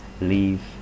leave